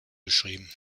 geschrieben